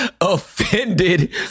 offended